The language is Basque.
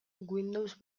windows